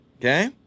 Okay